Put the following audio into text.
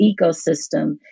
ecosystem